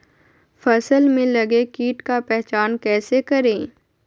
फ़सल में लगे किट का पहचान कैसे करे?